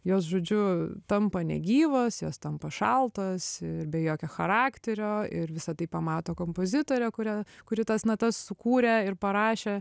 jos žodžiu tampa negyvos jos tampa šaltos ir be jokio charakterio ir visa tai pamato kompozitorė kuria kuri tas natas sukūrė ir parašė